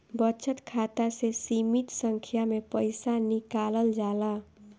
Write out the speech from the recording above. बचत खाता से सीमित संख्या में पईसा निकालल जाला